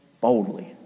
boldly